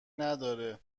نداره